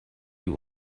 you